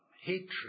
hatred